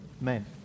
men